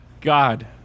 God